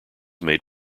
made